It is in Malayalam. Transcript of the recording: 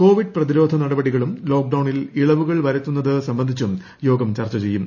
കോവിഡ് പ്രതിരോധ നടപടികളും ലോക്ഡൌണിൽ ഇളവുകൾ വരുത്തുന്നത് സംബന്ധിച്ചും യോഗം ചർച്ച ചെയ്യും